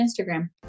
Instagram